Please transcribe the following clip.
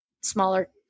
smaller